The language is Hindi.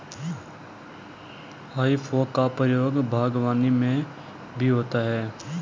हेइ फोक का प्रयोग बागवानी में भी होता है